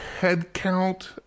headcount